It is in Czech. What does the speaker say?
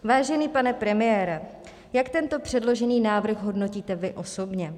Vážený pane premiére, jak tento předložený návrh hodnotíte vy osobně?